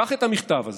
קח את המכתב הזה,